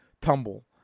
tumble